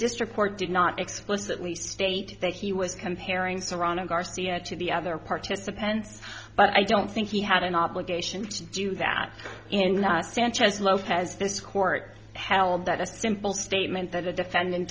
district court did not explicitly state that he was comparing serrano garcia to the other participants but i don't think he had an obligation to do that in sanchez lopez this court held that a simple statement that the defendant